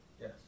Yes